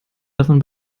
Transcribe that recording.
davon